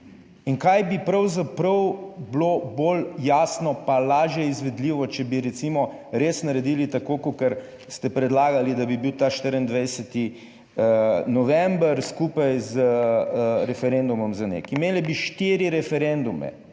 In kaj bi pravzaprav bilo bolj jasno pa lažje izvedljivo, če bi recimo res naredili tako, kakor ste predlagali, da bi bil ta 24. november skupaj z referendumom za NEK? Imeli bi štiri referendume,